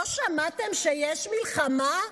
לא שמעתם שיש מלחמה?